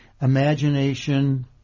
imagination